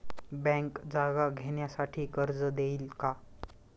Bank जागा घेण्यासाठी कर्ज देईल का?